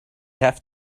have